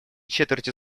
четверти